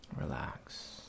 relax